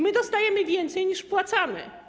My dostajemy więcej, niż wpłacamy.